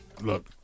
look